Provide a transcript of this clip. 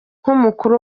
nk’umukuru